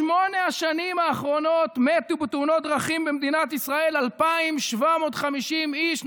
בשמונה השנים האחרונות מתו בתאונות דרכים במדינת ישראל 2,750 איש,